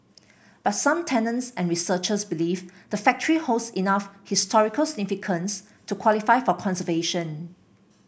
but some tenants and researchers believe the factory holds enough historical significance to qualify for conservation